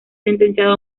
sentenciado